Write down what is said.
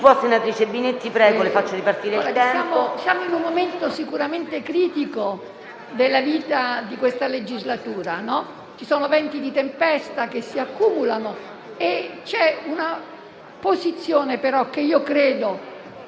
Siamo in un momento sicuramente critico della vita di questa legislatura. Ci sono venti di tempesta che si accumulano e c'è una posizione che io credo